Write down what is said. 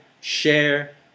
share